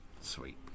Sweet